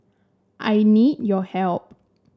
I need your help